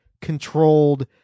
controlled